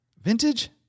vintage